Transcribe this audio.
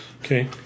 Okay